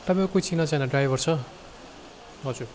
तपाईँको कोही चिनाजाना ड्राइभर छ हजुर